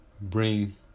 bring